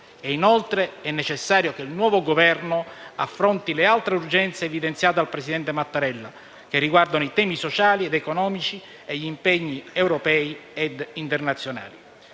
inoltre necessario che il nuovo Governo affronti le altre urgenze evidenziate dal presidente Mattarella, che riguardano i temi sociali ed economici e gli impegni europei e internazionali.